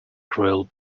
cruel